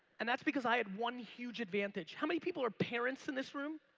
and that's because i had one huge advantage. how many people are parents in this room?